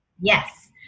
Yes